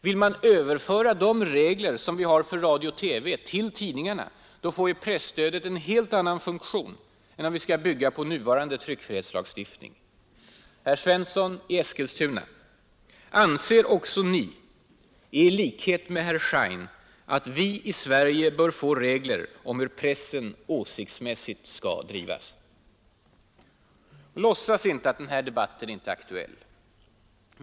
Vill man överföra de regler vi har för radio-TV till tidningarna får presstödet en helt annan funktion än om vi skall bygga på nuvarande tryckfrihetslagstiftning. Herr Svensson i Eskilstuna: anser också Ni i likhet med herr Schein att vi i Sverige bör få regler om hur pressen ”åsiktsmässigt skall drivas”? Låtsas inte att den debatten inte är aktuell.